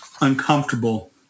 uncomfortable